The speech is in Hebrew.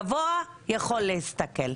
הגבוה יכול להסתכל.